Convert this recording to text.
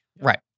right